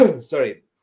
sorry